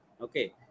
okay